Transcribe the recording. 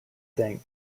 thing